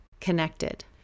connected